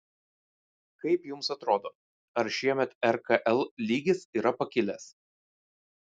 kaip jums atrodo ar šiemet rkl lygis yra pakilęs